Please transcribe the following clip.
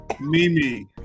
Mimi